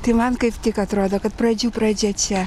tai man kaip tik atrodo kad pradžių pradžia čia